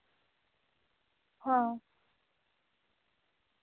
ᱦᱮᱸ